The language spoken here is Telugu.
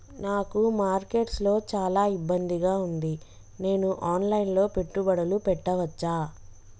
నాకు మార్కెట్స్ లో చాలా ఇబ్బందిగా ఉంది, నేను ఆన్ లైన్ లో పెట్టుబడులు పెట్టవచ్చా?